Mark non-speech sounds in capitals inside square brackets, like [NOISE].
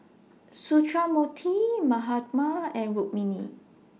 [NOISE] Sundramoorthy Mahatma and Rukmini